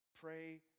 Pray